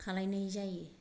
खालायनाय जायो